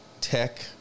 tech